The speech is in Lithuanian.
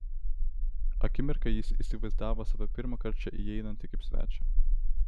akimirką jis įsivaizdavo save pirmąkart čia įeinantį kaip svečią